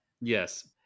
yes